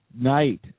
night